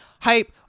hype